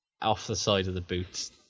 off-the-side-of-the-boots